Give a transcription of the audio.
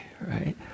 right